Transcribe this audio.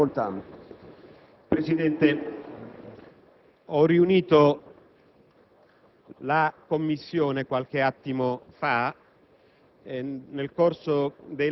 La seduta è sospesa.